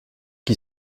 qui